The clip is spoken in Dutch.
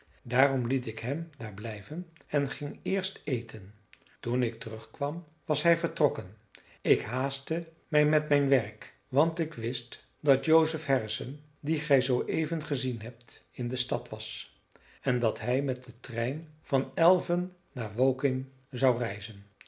daarom liet ik hem daar blijven en ging eerst eten toen ik terugkwam was hij vertrokken ik haastte mij met mijn werk want ik wist dat joseph harrison dien gij zooeven gezien hebt in de stad was en dat hij met den trein van elven naar woking zon reizen